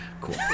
cool